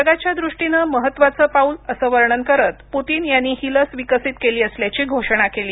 जगाच्या दृष्टीनं महत्त्वाचं पाऊल असं वर्णन करत पुतीन यांनी ही लस विकसित केली असल्याची घोषणा केली